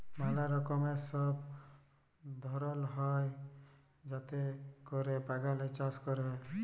ম্যালা রকমের সব ধরল হ্যয় যাতে ক্যরে বাগানে চাষ ক্যরে